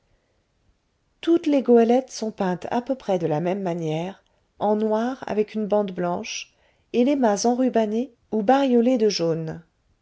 toutes les goélettes sont peintes à peu près de la même manière en noir avec une bande blanche et les mâts enrubannés ou bariolés de jaune